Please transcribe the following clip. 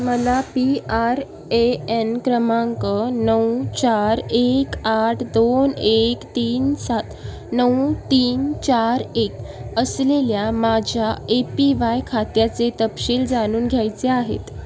मला P R A N क्रमांक नऊ चार एक आठ दोन एक तीन सात नऊ तीन चार एक असलेल्या माझ्या ए पी वाय खात्याचे तपशील जाणून घ्यायचे आहेत